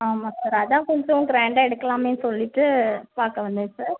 ஆமாம் சார் அதுதான் கொஞ்சம் கிராண்டாக எடுக்கலாமேனு சொல்லிவிட்டு பார்க்க வந்தேன் சார்